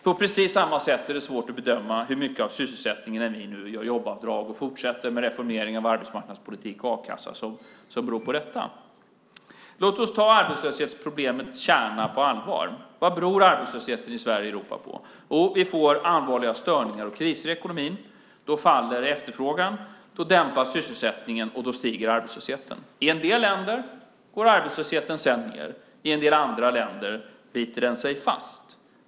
På precis samma sätt är det svårt att bedöma hur mycket av sysselsättningen som beror på att vi nu gör jobbavdrag och fortsätter med reformeringen av arbetsmarknadspolitiken och a-kassan. Låt oss ta arbetslöshetsproblemets kärna på allvar. Vad beror arbetslösheten i Sverige och i Europa på? Jo, vi får allvarliga störningar och kriser i ekonomin. Då faller efterfrågan, då dämpas sysselsättningen och då stiger arbetslösheten. I en del länder går arbetslösheten sedan ned. I en del andra länder biter den sig fast.